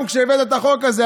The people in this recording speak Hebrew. גם כשהבאת את החוק הזה,